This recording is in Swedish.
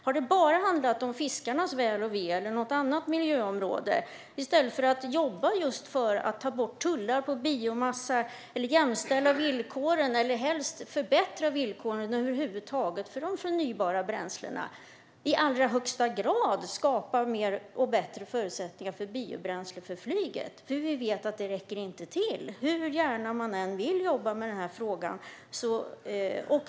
Har hon bara handlat för fiskarnas väl och ve eller något annat miljöområde, i stället för att jobba för att ta bort tullar på biomassa eller över huvud taget jämställa, helst förbättra, villkoren för de förnybara bränslena? I allra högsta grad skapar detta mer och bättre förutsättningar för biobränsle för flyget. Vi vet att det inte räcker till - hur gärna man än vill jobba med frågan.